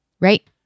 Right